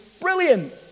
brilliant